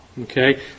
Okay